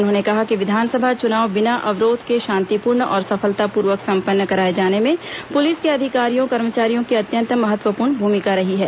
उन्होंने कहा कि विधानसभा चुनाव बिना अवरोध के शांतिपूर्ण और सफलतापूर्वक संपन्न कराए जाने में पुलिस के अधिकारियों कर्मचारियों की अत्यंत महत्वपूर्ण भूमिका रही है